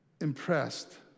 impressed